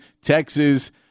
Texas